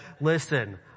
listen